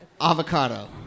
avocado